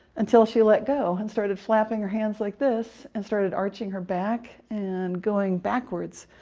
until she let go, and started flapping her hands, like this, and started arching her back, and going backwards.